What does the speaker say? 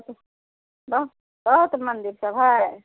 बहुत बहुत मंदिर सभ है